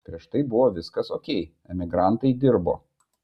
prieš tai buvo viskas okei emigrantai dirbo